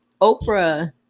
Oprah